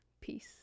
peace